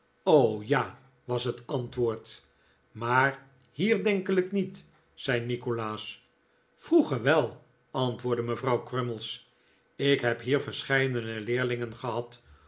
ja was het antwoord maar hier denkelijk niet zei nikolaas vroeger wel antwoordde mevrouw crummies ik heb hier verscheidene leerlingen gehad